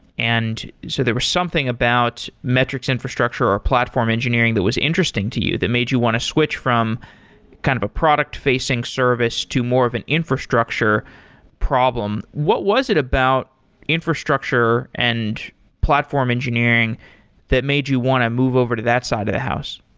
and so there was something about metrics infrastructure or platform engineering that was interesting to you that made you want to switch from kind of a product-facing service to more of an infrastructure problem. what was it about infrastructure and platform engineering that made you want to move over to that side of the house?